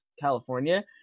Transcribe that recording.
California